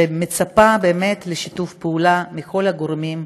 ומצפה באמת לשיתוף פעולה מכל הגורמים,